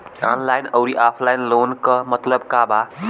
Online अउर offline loan क मतलब का बा?